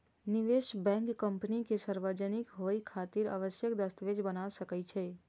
निवेश bank company के सार्वजनिक होइ खातिर आवश्यक दस्तावेज बना सकै छै